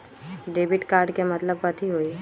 Debit card के मतलब कथी होई?